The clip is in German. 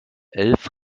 elf